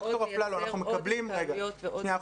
אתה מייצר עוד התקהלויות --- שנייה,